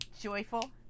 joyful